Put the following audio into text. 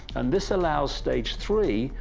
and this allows stage three,